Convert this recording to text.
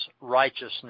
righteousness